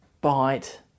bite